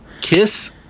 Kiss